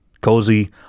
Cozy